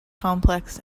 complex